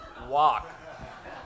walk